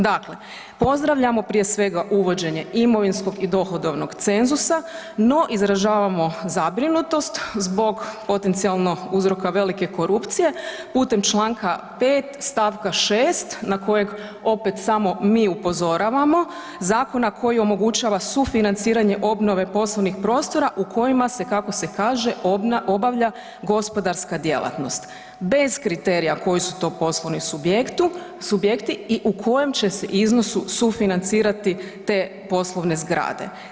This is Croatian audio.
Dakle, pozdravljam prije svega uvođenje imovinskog i dohodovnog cenzusa, no izražavamo zabrinutost zbog potencijalnog uzroka velike korupcije putem čl. 5. stavka 6. na kojeg opet samo mi upozoravamo, zakona koji omogućava sufinanciranje obnove poslovnih prostora u kojima se kako se kaže, obavlja gospodarska djelatnost, bez kriterija koji su to poslovni subjekti i u kojem će se iznosu sufinancirati te poslovne zgrade.